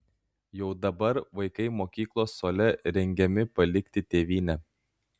jau dabar vaikai mokyklos suole rengiami palikti tėvynę